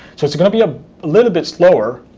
so it's going to be a little bit slower,